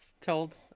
told